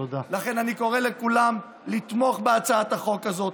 לכן אני קורא לכולם לתמוך בהצעת החוק הזאת.